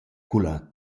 culla